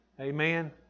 Amen